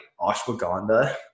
Ashwagandha